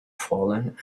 fallen